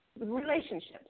relationships